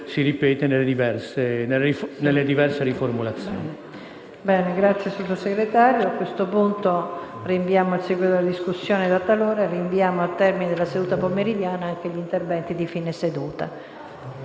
si ripete nelle diverse riformulazioni.